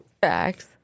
Facts